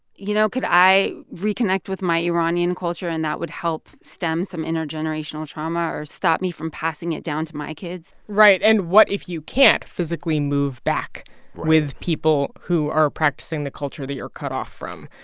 you know, could i reconnect with my iranian culture and that would help stem some intergenerational trauma or stop me from passing it down to my kids? right. and what if you can't physically move back with people who are practicing the culture that you're cut off from?